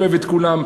אני אוהב את כולם,